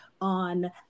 on